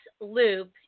Loop